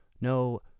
No